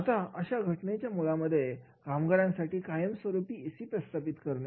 आता अशा घटनांच्या मुळामध्ये कामगारांसाठी कायमस्वरूपी ऐसी प्रस्थापित करणे